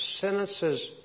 sentences